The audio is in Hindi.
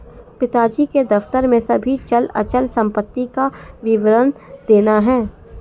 पिताजी को दफ्तर में सभी चल अचल संपत्ति का विवरण देना है